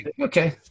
okay